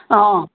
अँ